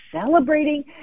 celebrating